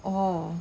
oh